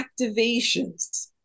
activations